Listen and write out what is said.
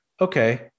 okay